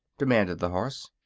demanded the horse.